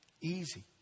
Easy